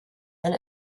and